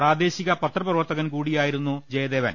പ്രാദേശിക പത്രപ്രവർത്തകൻ കൂടി യായിരുന്നു ജയദേവൻ